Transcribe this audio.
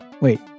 Wait